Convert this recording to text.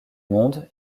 monde